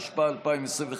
התשפ"א 2021,